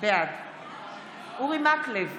בעד אורי מקלב,